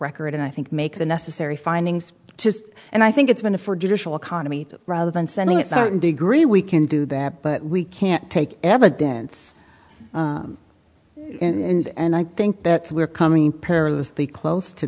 record and i think make the necessary findings just and i think it's been a for judicial economy rather than sending it certain degree we can do that but we can't take evidence and i think that we're coming